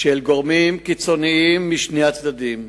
של גורמים קיצוניים משני הצדדים.